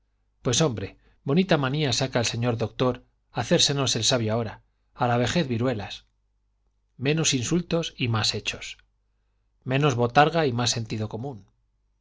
pues hombre bonita manía saca el señor doctor hacérsenos el sabio ahora a la vejez viruelas menos insultos y más hechos menos botarga y más sentido común